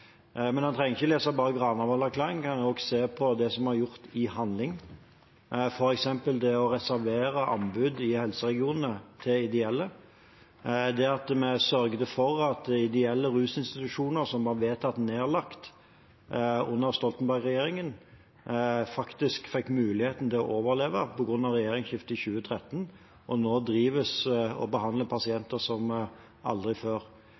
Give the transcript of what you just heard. Han kan også se på det som er gjort i handling, f.eks. det å reserve anbud i helseregionene til ideelle. Vi sørget for at ideelle rusinstitusjoner som var vedtatt nedlagt under Stoltenberg-regjeringen, faktisk fikk muligheten til å overleve på grunn av regjeringsskiftet i 2013 og nå drives og behandler pasienter som aldri før.